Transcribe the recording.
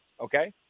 okay